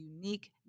unique